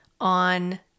on